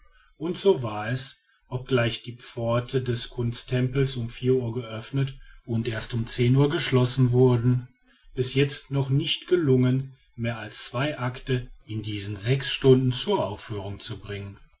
und so war es obgleich die pforten des kunsttempels um vier uhr geöffnet und erst um zehn uhr geschlossen wurden bis jetzt noch nicht gelungen mehr als zwei acte in diesen sechs stunden zur aufführung zu bringen